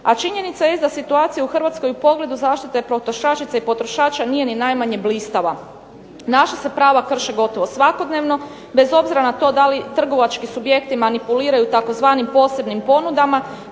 A činjenica jest da situacija u Hrvatskoj u pogledu zaštite potrošačica i potrošača nije ni najmanje blistava. Naša se prava krše gotovo svakodnevno, bez obzira na to da li trgovački subjekti manipuliraju tzv. posebnim ponudama